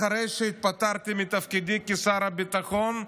אחרי שהתפטרתי מתפקידי כשר הביטחון,